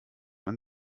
man